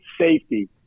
safety